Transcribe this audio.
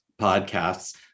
podcasts